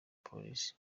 polisi